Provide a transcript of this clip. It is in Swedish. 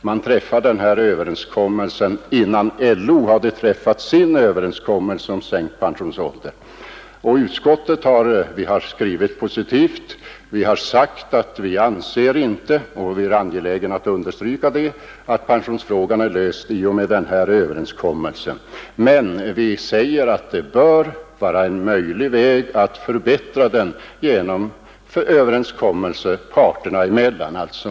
Man träffade också denna överenskommelse innan LO hade träffat sin överenskommelse om sänkt pensionsålder. LO—SAF-överenskommelsen bör vara ett motiv för gruvarbetarna att uppnå ytterligare förbättringar. I utskottet har vi skrivit positivt. Vi har sagt — och det är vi angelägna att understryka — att vi anser inte att pensionsfrågan är löst i och med denna överenskommelse. Men vi säger att det bör vara en möjlig väg att förbättra den genom överenskommelser parterna emellan.